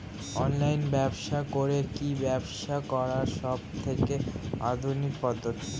Online ব্যবসা করে কি ব্যবসা করার সবথেকে আধুনিক পদ্ধতি?